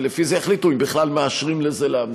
ולפי זה יחליטו אם בכלל מאשרים לזה להמשיך,